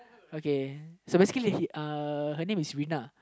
okay so basically uh her name is Rina